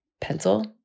pencil